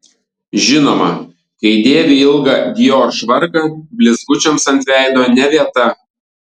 žinoma kai dėvi ilgą dior švarką blizgučiams ant veido ne vieta